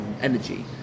energy